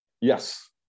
Yes